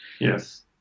Yes